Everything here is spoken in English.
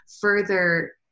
further